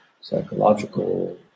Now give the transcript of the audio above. psychological